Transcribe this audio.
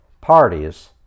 parties